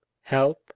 help